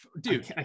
Dude